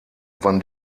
wann